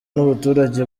n’abaturage